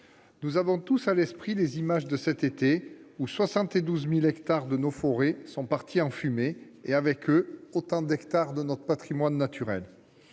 nous avons tous à l'esprit les images de l'été dernier, pendant lequel 72 000 hectares de nos forêts sont partis en fumée et avec eux autant d'hectares de notre patrimoine naturel.